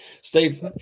steve